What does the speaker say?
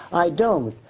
i don't.